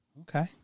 Okay